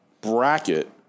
bracket